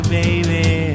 baby